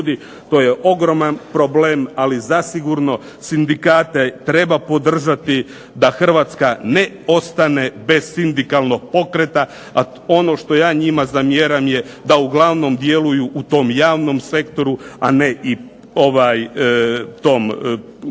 to je ogroman problem, ali zasigurno sindikate treba podržati da Hrvatske na ostane bez sindikalnog pokreta, a ono što ja njima zamjeram je da uglavnom djeluju u tom javnom sektoru, a ne tom gospodarskom